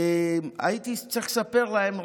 הייתי צריך לספר להם,